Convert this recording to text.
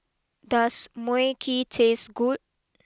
does Mui Kee taste good